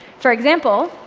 for example,